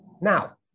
Now